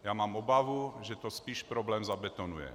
Já mám obavu, že to spíš problém zabetonuje.